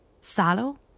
Sallow